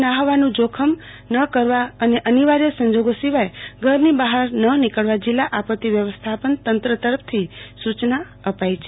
નાહવાનું જોખમ ન કરવા અને અનિવાર્ય સંજોગો સિવાય ઘરથી બહાર ન નીકળવા જિલ્લા આપત્તિ વ્યવસ્થાપત તંત્ર તરફથી સૂચના આપઈ છે